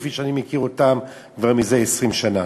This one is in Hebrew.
כפי שאני מכיר אותם כבר זה 20 שנה.